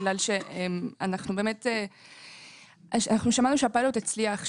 אנחנו שמענו שהפיילוט הצליח,